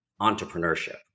entrepreneurship